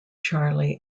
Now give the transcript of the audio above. charlie